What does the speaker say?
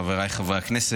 חבריי חברי הכנסת,